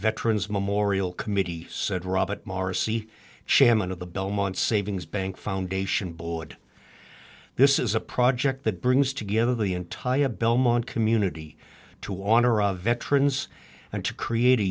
veterans memorial committee said robert marcy chairman of the belmont savings bank foundation board this is a project that brings together the entire belmont community to honor our veterans and to create a